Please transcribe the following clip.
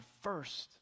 first